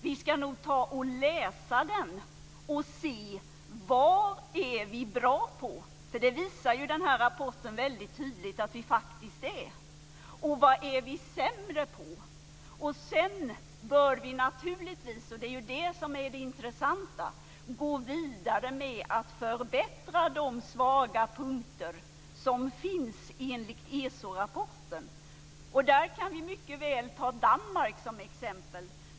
Vi ska nog läsa den och se vad vi är bra på - vilket denna rapport ju visar väldigt tydligt att vi faktiskt är - och vad vi är sämre på. Sedan bör vi naturligtvis, vilket är det intressanta, gå vidare med att förbättra de svaga punkter som finns enligt ESO-rapporten. Och där kan vi mycket väl ta Danmark som exempel.